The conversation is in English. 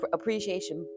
appreciation